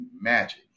magic